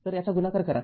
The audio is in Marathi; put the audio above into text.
तर याचा गुणाकार करा